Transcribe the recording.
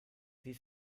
wie